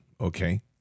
Okay